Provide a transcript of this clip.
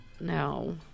No